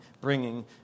bringing